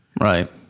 Right